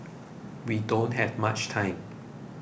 we don't have much time